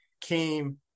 came